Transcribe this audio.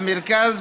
המרכז